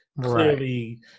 clearly